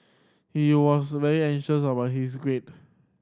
he was very anxious about his grade